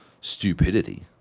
stupidity